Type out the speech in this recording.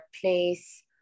place